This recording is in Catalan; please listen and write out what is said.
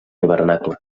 hivernacle